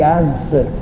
answer